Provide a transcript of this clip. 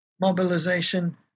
mobilization